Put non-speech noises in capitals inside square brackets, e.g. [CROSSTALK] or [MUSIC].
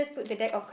[BREATH]